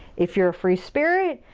if you're a free spirit.